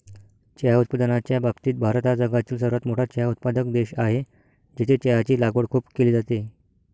चहा उत्पादनाच्या बाबतीत भारत हा जगातील सर्वात मोठा चहा उत्पादक देश आहे, जिथे चहाची लागवड खूप केली जाते